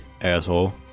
asshole